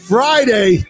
Friday